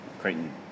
Creighton